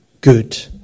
good